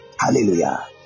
Hallelujah